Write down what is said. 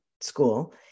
School